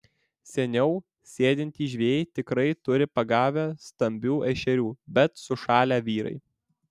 seniau sėdintys žvejai tikrai turi pagavę stambių ešerių bet sušalę vyrai